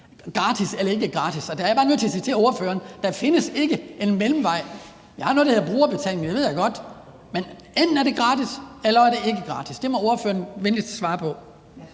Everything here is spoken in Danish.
gratis eller ikke gratis. Der er jeg bare nødt til at sige til ordføreren, at der ikke findes en mellemvej. Vi har noget, der hedder brugerbetaling. Det ved jeg godt. Men enten er det gratis, eller også er det ikke gratis. Det må ordføreren venligst svare på.